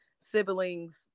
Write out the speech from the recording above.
siblings